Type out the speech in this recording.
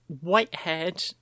white-haired